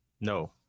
No